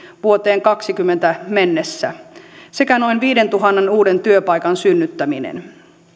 vuoteen kahdessakymmenessä mennessä sekä noin viidentuhannen uuden työpaikan synnyttäminen